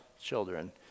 children